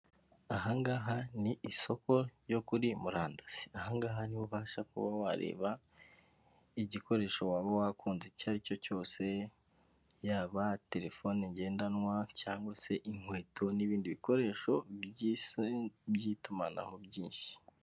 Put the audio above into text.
Aha ngaha ni isoko ryo kuri murandasi, aha ngaha niho ubasha kuba wareba, igikoresho waba wakunze icyo ari cyo cyose, yaba telefone ngendanwa, cyangwa se inkweto n'ibindi bikoresho by'isa by'itumanaho byinshi.